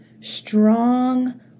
strong